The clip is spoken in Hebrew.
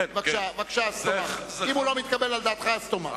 אם הוא לא מתקבל על דעתך, אז תאמר.